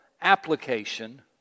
application